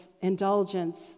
indulgence